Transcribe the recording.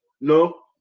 No